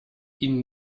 ihn